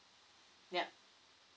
yup